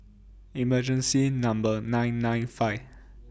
emergency Number nine nine five